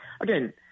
again